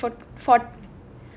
you don't need to pay for for